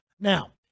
Now